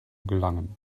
gelangen